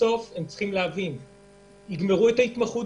בסוף המתמחים יגמרו את ההתמחות,